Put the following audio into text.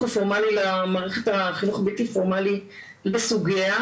הפורמלי ולבן מערכת החינוך הבלתי פורמלית לסוגייה,